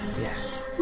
Yes